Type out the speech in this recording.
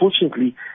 unfortunately